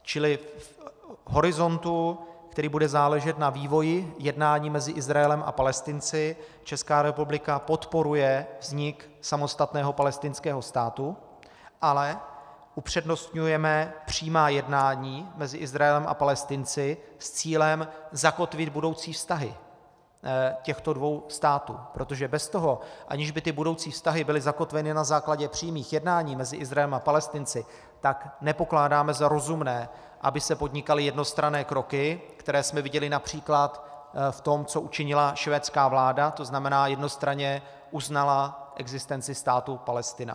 Čili v horizontu, který bude záležet na vývoji jednání mezi Izraelem a Palestinci, Česká republika podporuje vznik samostatného palestinského státu, ale upřednostňujeme přímá jednání mezi Izraelem a Palestinci s cílem zakotvit budoucí vztahy těchto dvou států, protože bez toho, aniž by ty budoucí vztahy byly zakotveny na základě přímých jednání mezi Izraelem a Palestinci, nepokládáme za rozumné, aby se podnikaly jednostranné kroky, které jsme viděli například v tom, co učinila švédská vláda, to znamená jednostranně uznala existenci státu Palestina.